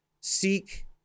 seek